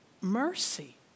mercy